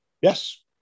Yes